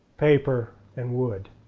paper and wood.